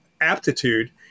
aptitude